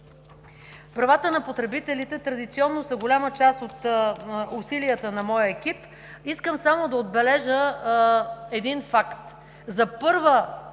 Правата на потребителите традиционно са голяма част от усилията на моя екип. Искам само да отбележа един факт. За първа